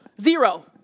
zero